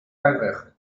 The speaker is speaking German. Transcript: einbrechen